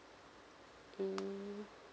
mm